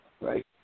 Right